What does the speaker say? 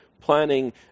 planning